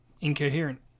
incoherent